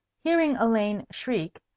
hearing elaine shriek,